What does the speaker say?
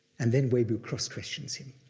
and then webu cross-questions him.